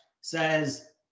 says